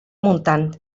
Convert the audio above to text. montant